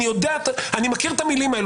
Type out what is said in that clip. אני מכיר את המילים האלו,